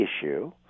issue